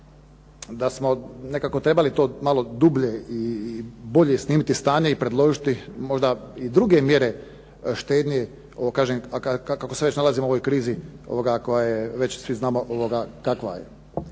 da smo nekako trebali to malo dublje i bolje snimiti stanje i predložiti možda i druge mjere štednje. Ovo kažem, a kako se već nalazimo u ovoj krizi koja je već svi znamo kakva je